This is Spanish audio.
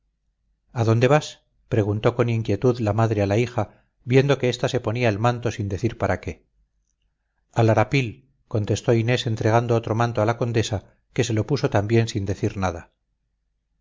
a dónde vas preguntó con inquietud la madre a la hija viendo que esta se ponía el manto sin decir para qué al arapil contestó inés entregando otro manto a la condesa que se lo puso también sin decir nada